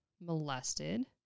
molested